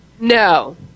No